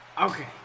Okay